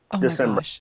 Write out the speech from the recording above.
December